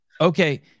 Okay